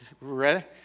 ready